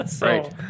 Right